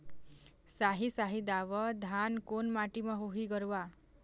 साही शाही दावत धान कोन माटी म होही गरवा?